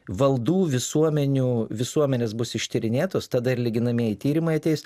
valdų visuomenių visuomenės bus ištyrinėtos tada ir lyginamieji tyrimai ateis